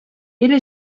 era